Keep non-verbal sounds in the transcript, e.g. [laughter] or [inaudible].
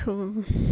[unintelligible]